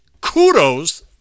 kudos